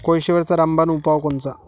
कोळशीवरचा रामबान उपाव कोनचा?